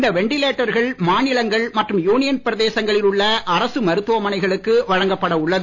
இந்த வென்டிலேட்டர்கள் மாநிலங்கள் மற்றும் யூனியன் பிரதேசங்களில் உள்ள அரசு மருத்துவமனைகளுக்கு வழங்கப்பட உள்ளது